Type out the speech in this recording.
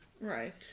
Right